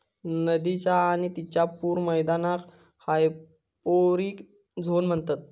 नदीच्य आणि तिच्या पूर मैदानाक हायपोरिक झोन म्हणतत